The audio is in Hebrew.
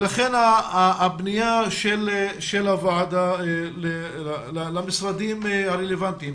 לכן הפנייה של הוועדה למשרדים הרלוונטיים,